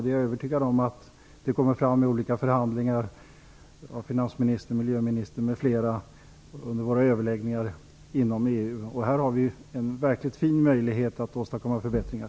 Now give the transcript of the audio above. Jag är övertygad om att det kommer fram i olika sammanhang under våra överläggningar inom EU. Vi har här en fin möjlighet att åstadkomma förbättringar.